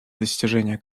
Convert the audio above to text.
достижения